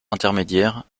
intermédiaire